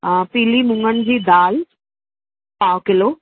पीली मुङनि जी दालि पाउ किलो